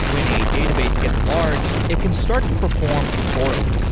when a database gets large, it can start to perform poorly.